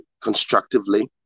constructively